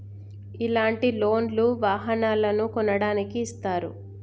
ఇలాంటి లోన్ లు వాహనాలను కొనడానికి ఇస్తారు